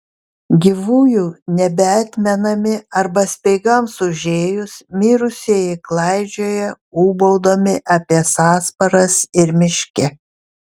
gyvųjų nebeatmenami arba speigams užėjus mirusieji klaidžioja ūbaudami apie sąsparas ir miške